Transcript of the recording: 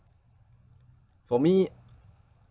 for me